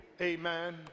amen